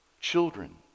Children